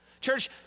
Church